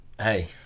hey